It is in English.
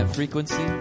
Frequency